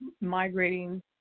migrating